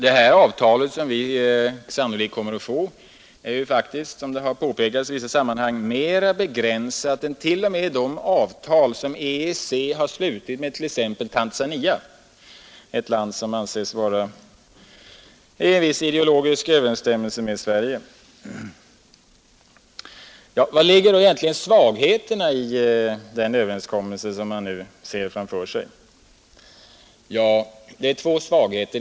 Det avtal som vi sannolikt kommer att få är faktiskt, så som påpekats i vissa sammanhang, t.o.m. mera begränsat än de avtal som EEC har slutit med t.ex. Tanzania, ett land som anses ha en viss ideologisk överensstämmelse med Sverige. Var ligger då egentligen svagheterna i den överenskommelse som man nu ser framför sig? Ja, det är två svagheter.